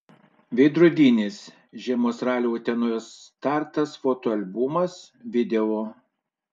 veidrodinis žiemos ralio utenoje startas fotoalbumas video